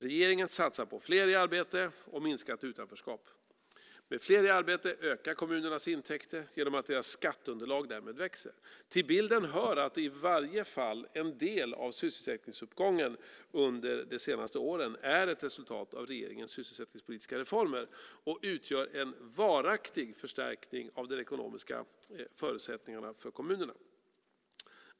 Regeringen satsar på fler i arbete och minskat utanförskap. Med fler i arbete ökar kommunernas intäkter genom att deras skatteunderlag därmed växer. Till bilden hör att i varje fall en del av sysselsättningsuppgången under de senaste åren är ett resultat av regeringens sysselsättningspolitiska reformer och utgör en varaktig förstärkning av de ekonomiska förutsättningarna för kommunerna.